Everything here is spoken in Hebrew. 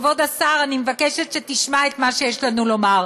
כבוד השר, אני מבקשת שתשמע את מה שיש לנו לומר.